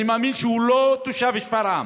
אני מאמין שזה לא תושב שפרעם